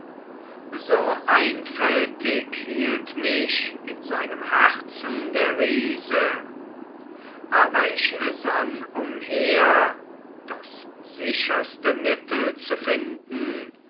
so einfältig hielt mich in seinem herzen der riese aber ich sann umher das sicherste mittel zu finden